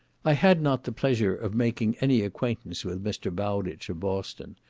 i had not the pleasure of making any acquaintance with mr. bowditch, of boston,